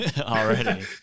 already